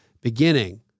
beginning